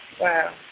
Wow